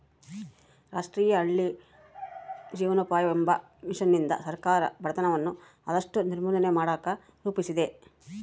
ರಾಷ್ಟ್ರೀಯ ಹಳ್ಳಿ ಜೀವನೋಪಾಯವೆಂಬ ಮಿಷನ್ನಿಂದ ಸರ್ಕಾರ ಬಡತನವನ್ನ ಆದಷ್ಟು ನಿರ್ಮೂಲನೆ ಮಾಡಕ ರೂಪಿಸಿದೆ